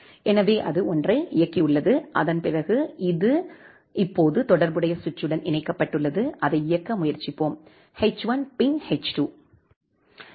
எனவே அது ஒன்றை இயக்கியுள்ளது அதன்பிறகு அது இப்போது தொடர்புடைய சுவிட்சுடன் இணைக்கப்பட்டுள்ளது அதை இயக்க முயற்சிப்போம் எச்1 பிங் எச்2